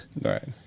Right